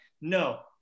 no